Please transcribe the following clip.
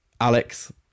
Alex